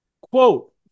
Quote